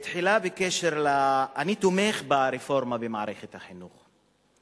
אני תומך ברפורמה במערכת החינוך,